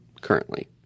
currently